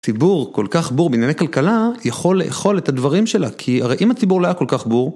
ציבור כל כך בור בענייני כלכלה, יכול לאכול את הדברים שלה. כי הרי אם הציבור לא היה כל כך בור